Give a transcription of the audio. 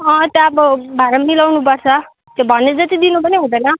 अँ त्यहाँ अब भाडा मिलाउनुपर्छ त्यो भने जति दिनु पनि हुँदैन